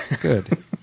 Good